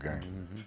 game